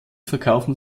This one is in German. verkauften